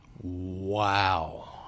Wow